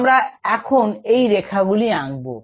আমরা এখন এই রেখাগুলি আঁকব